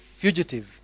fugitive